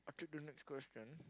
I take the nexr question